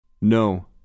No